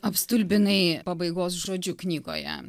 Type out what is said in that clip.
apstulbinai pabaigos žodžiu knygoje